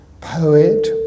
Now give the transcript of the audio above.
poet